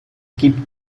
gibt